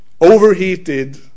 overheated